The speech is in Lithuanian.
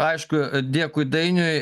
aišku dėkui dainiui